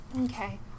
okay